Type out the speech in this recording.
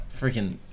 Freaking